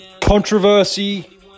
controversy